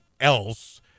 else